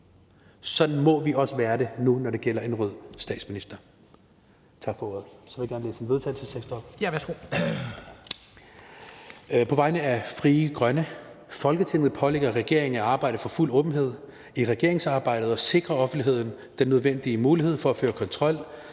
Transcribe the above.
så må vi også være det nu, hvor det gælder en rød statsminister. Så vil jeg gerne på vegne af Frie Grønne fremsætte følgende: Forslag til vedtagelse »Folketinget pålægger regeringen at arbejde for fuld åbenhed i regeringsarbejdet og sikre offentligheden den nødvendige mulighed for at føre kontrol